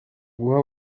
guha